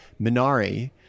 Minari